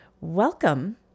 welcome